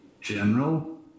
general